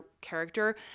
character